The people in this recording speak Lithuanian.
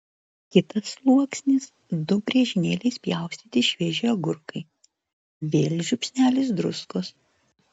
kitas sluoksnis du griežinėliais pjaustyti švieži agurkai vėl žiupsnelis druskos